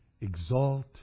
Exalt